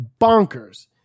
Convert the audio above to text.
bonkers